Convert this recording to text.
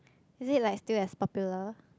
is it like still as popular